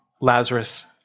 Lazarus